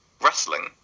wrestling